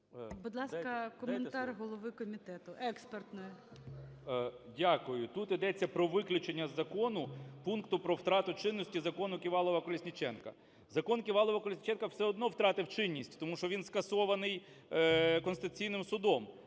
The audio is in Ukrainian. Будь ласка, коментар голови комітету експертного. 13:53:19 КНЯЖИЦЬКИЙ М.Л. Дякую. Тут йдеться про виключення з закону пункту про втрату чинності "ЗаконуКівалова-Колесніченка". "Закон Ківалова-Колесніченка" все одно втратив чинність, тому що він скасований Конституційним Судом.